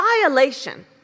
violation